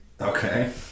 Okay